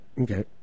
Okay